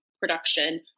production